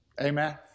Amen